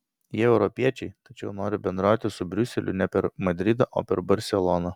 jie europiečiai tačiau nori bendrauti su briuseliu ne per madridą o per barseloną